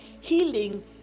healing